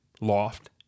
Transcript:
loft